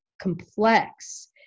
complex